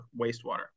Wastewater